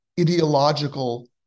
ideological